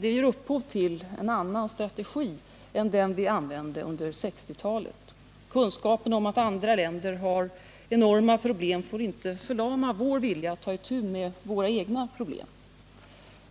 Det ger upphov till en annan strategi än den vi använde under 1960-talet. Kunskaperna om att andra länder har enorma problem får inte förlama vår vilja att ta itu med våra egna problem.